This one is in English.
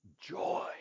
joy